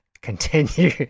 continue